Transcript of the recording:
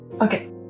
Okay